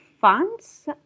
funds